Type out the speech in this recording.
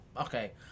okay